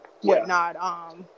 whatnot